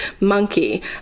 monkey